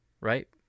right